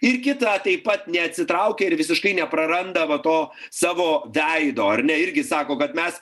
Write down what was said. ir kita taip pat neatsitraukia ir visiškai nepraranda va to savo veido ar ne irgi sako kad mes